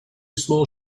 small